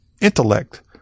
intellect